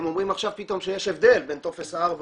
הם אומרים עכשיו פתאום שיש הבדל בין טופס 4 למסירה.